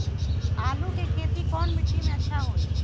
आलु के खेती कौन मिट्टी में अच्छा होइ?